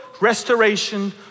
restoration